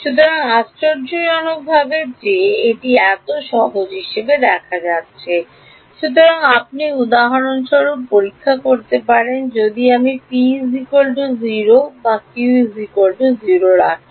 সুতরাং আশ্চর্যজনক যে এটি এত সহজ হিসাবে দেখা যাচ্ছে সুতরাং আপনি উদাহরণস্বরূপ পরীক্ষা করতে পারেন যদি আমি p 0 q রাখি